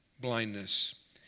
blindness